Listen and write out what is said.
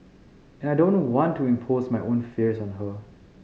and I don't want to impose my own fears on her